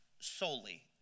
solely